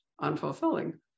unfulfilling